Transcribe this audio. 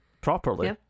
properly